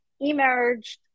emerged